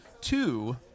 two